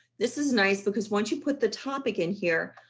this is nice because once you put the topic in here,